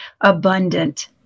abundant